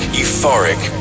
euphoric